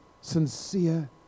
sincere